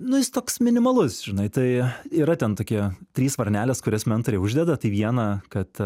nu jis toks minimalus žinai tai yra ten tokie trys varnelės kurias mentoriai uždeda tai vieną kad